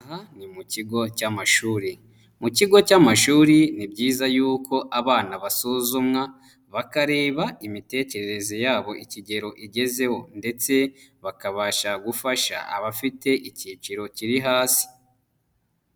Aha ni mu kigo cy'amashuri. Mu kigo cy'amashuri ni byiza yuko abana basuzumwa, bakareba imitekerereze yabo ikigero igezeho ndetse bakabasha gufasha abafite icyiciro kiri hasi.